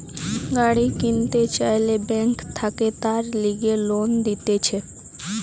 গাড়ি কিনতে চাইলে বেঙ্ক থাকে তার লিগে লোন দিতেছে